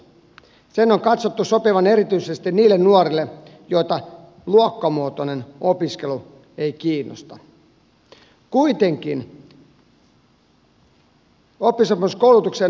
sen on katsottu sopivan erityisesti niille nuorille joita luokkamuotoinen opiskelu ei kiinnosta